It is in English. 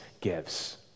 gives